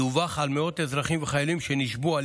דווח על מאות אזרחים וחיילים שנשבו על